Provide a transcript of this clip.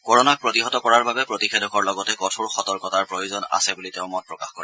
কৰণাক প্ৰতিহত কৰাৰ বাবে প্ৰতিষেধকৰ লগতে কঠোৰ সতৰ্কতাৰ প্ৰয়োজন আছে বুলি তেওঁ মত প্ৰকাশ কৰে